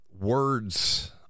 words